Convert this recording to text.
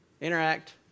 Interact